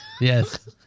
Yes